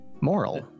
Moral